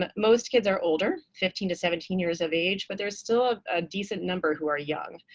ah most kids are older fifteen to seventeen years of age but there's still a decent number who are young.